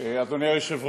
לאפשר